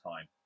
time